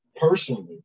personally